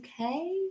Okay